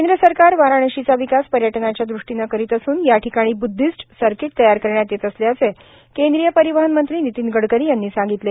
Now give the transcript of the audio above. केंद्र सरकार वाराणशीचा विकास पर्यटनाच्या दृष्टीने करीत असून या ठिकाणी ब्ध्दिस्ट सर्कीट तयार करण्यात येत असल्याचे केंद्रीय परिवहन मंत्री नितीन गडकरी यांनी सांगितले